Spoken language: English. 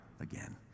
again